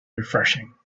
refreshing